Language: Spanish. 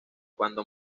cuando